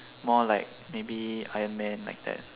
more like maybe iron man like that